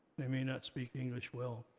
they may not speak english well.